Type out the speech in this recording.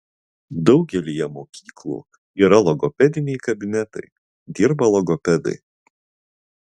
daugelyje mokyklų yra logopediniai kabinetai dirba logopedai